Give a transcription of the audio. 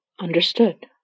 understood